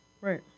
Right